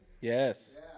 Yes